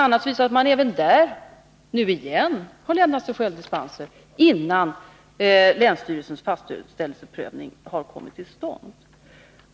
visar det sig att man även där — nu igen — har lämnat sig själv dispenser, innan länsstyrelsens fastställelseprövning har kommit till stånd.